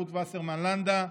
רות וסרמן לנדה,